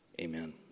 Amen